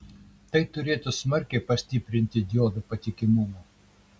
tai turėtų smarkiai pastiprinti diodų patikimumą